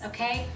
Okay